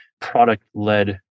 product-led